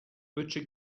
butcher